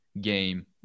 game